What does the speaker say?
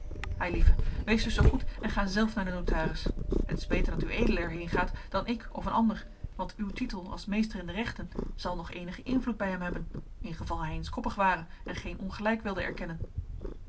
eilieve wees dus zoo goed en ga zelf naar den notaris het is beter dat ued er heengaat dan ik of een ander want uw titel als meester in de rechten zal nog eenigen invloed bij hem hebben ingeval hij eens koppig ware en geen ongelijk wilde erkennen